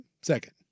Second